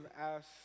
asked